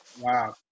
Wow